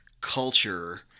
culture